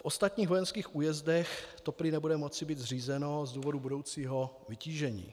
V ostatních vojenských újezdech to prý nebude moci být zřízeno z důvodu budoucího vytížení.